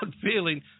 feeling